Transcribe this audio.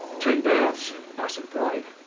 twin berths, nice and bright,